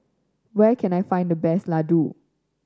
where can I find the best Ladoo